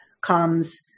comes